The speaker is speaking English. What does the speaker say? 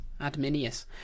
Adminius